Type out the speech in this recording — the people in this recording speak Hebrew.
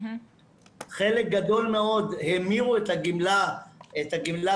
חלק גדול מאוד המירו את ה"גמלה בעין"